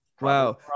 wow